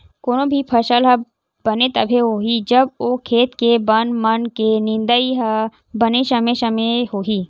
कोनो भी फसल ह बने तभे होही जब ओ खेत के बन मन के निंदई ह बने समे समे होही